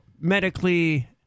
medically